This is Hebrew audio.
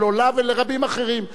לה ולרבים אחרים.